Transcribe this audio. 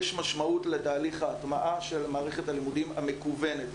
יש משמעות לתהליך ההטמעה של מערכת הלימודים המקוונת.